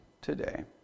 today